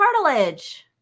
cartilage